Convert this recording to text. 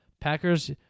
Packers